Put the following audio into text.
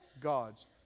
God's